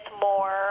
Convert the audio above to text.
more